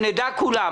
שנדע כולנו,